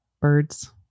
birds